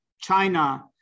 China